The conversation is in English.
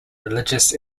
religious